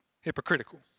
hypocritical